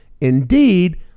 Indeed